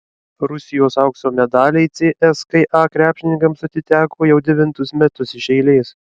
rusijos aukso medaliai cska krepšininkams atiteko jau devintus metus iš eilės